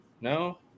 No